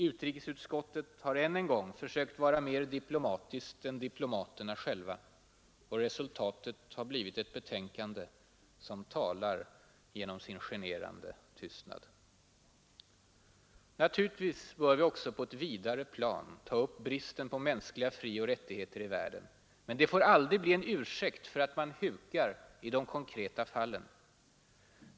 Utrikesutskottet har än en gång försökt vara mer diplomatiskt än diplomaterna själva, och resultatet har blivit ett betänkande som talar genom sin generande tystnad. Naturligtvis bör vi också på ett vidare plan ta upp bristen på mänskliga frioch rättigheter i världen, men det får aldrig bli en ursäkt för att man hukar i de konkreta fallen.